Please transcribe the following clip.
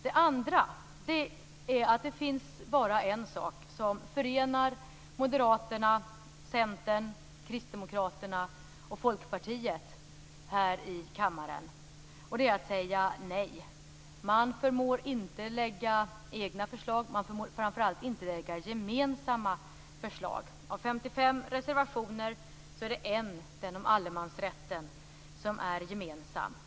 Det andra är att det bara finns en sak som förenar Moderaterna, Centern, Kristdemokraterna och Folkpartiet här i kammaren, och det är att säga nej. Man förmår inte att lägga fram egna förslag. Man förmår framför allt inte att lägga fram gemensamma förslag. Av 55 reservationer är det en, den om allemansrätten, som är gemensam.